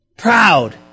proud